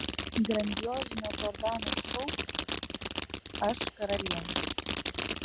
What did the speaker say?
grandiozinio džordanos šou aš karalienė